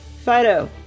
Fido